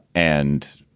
and,